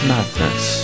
Madness